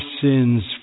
sins